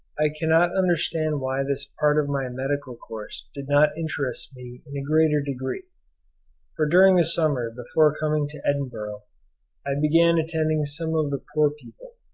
i cannot understand why this part of my medical course did not interest me in a greater degree for during the summer before coming to edinburgh i began attending some of the poor people,